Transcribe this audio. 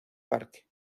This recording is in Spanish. parque